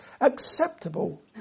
acceptable